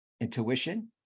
intuition